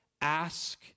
ask